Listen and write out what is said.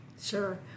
Sure